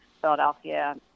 Philadelphia